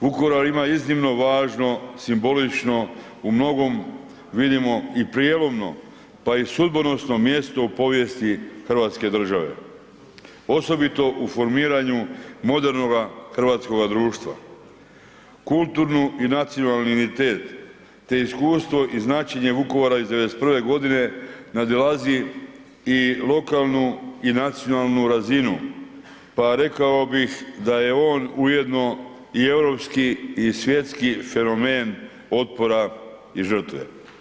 Vukovar ima iznimno važno simbolično u mnogom vidimo i prijelomno pa i sudbonosno mjesto u povijesti Hrvatske države, osobito u formiranju modernoga hrvatskoga društva, kulturni i nacionalni identitet te iskustvo i značenje Vukovara iz '91. godine nadilazi i lokalnu i nacionalnu razinu pa rekao bih da je on ujedno i europski i svjetski fenomen otpora i žrtve.